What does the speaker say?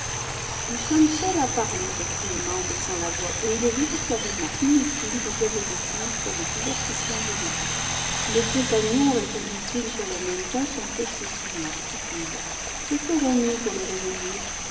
nous sommes seuls à parler reprit emma en baissant la voix et il est véritablement inutile de dire des bêtises pour le divertissement général nos compagnons répondit-il sur le même ton sont excessivement stupides que ferons-nous pour les réveiller